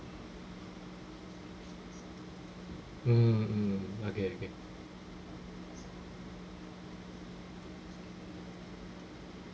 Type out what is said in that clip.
mm mm okay okay